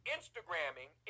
Instagramming